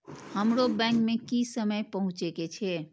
हमरो बैंक में की समय पहुँचे के छै?